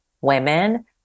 women